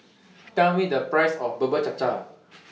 Tell Me The Price of Bubur Cha Cha